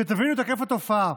שתבינו את היקף התופעה: